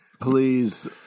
please